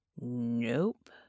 Nope